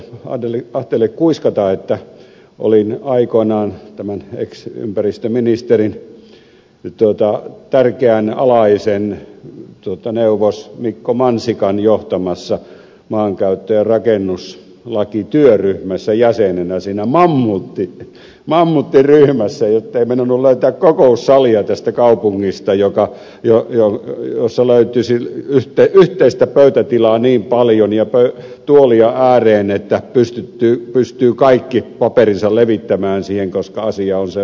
ahteelle tuossa kuiskata että olin aikoinaan ex ympäristöministerin tärkeän alaisen neuvos mikko mansikan johtamassa maankäyttö ja rakennuslakityöryhmässä jäsenenä siinä mammuttiryhmässä ettei meinannut löytää kokoussalia tästä kaupungista jossa löytyisi yhteistä pöytätilaa niin paljon ja tuolia pöydän ääreen että pystyvät kaikki paperinsa levittämään siihen koska asia on sen laatuinen